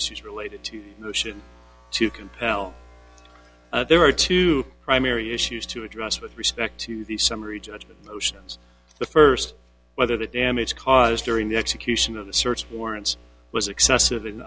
issues related to the ocean to compel there are two primary issues to address with respect to the summary judgment motions the st whether the damage caused during the execution of the search warrants was excessive